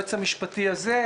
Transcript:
היועץ המשפטי הזה,